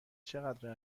چقدر